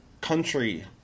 country